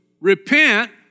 repent